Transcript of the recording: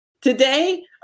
Today